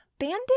Bandit